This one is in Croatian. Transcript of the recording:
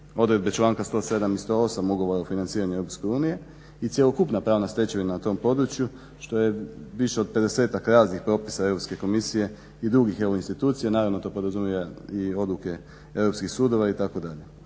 odredbe članka 107. i 108. Ugovora o financiranju EU i cjelokupna pravna stečevina na tom području što je više od 50-ak raznih propisa Europske komisije i drugih evo institucija. Naravno to podrazumijeva i odluke europskih sudova itd.